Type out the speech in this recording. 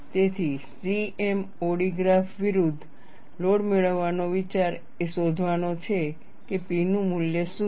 તેથી CMOD graph વિરુદ્ધ load મેળવવાનો વિચાર એ શોધવાનો છે કે P નું મૂલ્ય શું છે